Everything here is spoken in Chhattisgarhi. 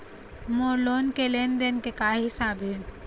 मोर लोन के लेन देन के का हिसाब हे?